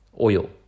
oil